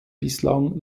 bislang